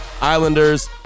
islanders